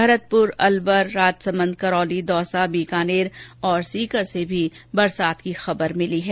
भरतपुर अलवर राजसमंद करौली दौसा बीकानेर और सीकर से भी बरसात की खबर मिली है